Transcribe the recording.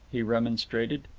he remonstrated.